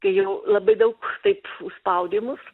kai jau labai daug taip užspaudė mus